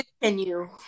Continue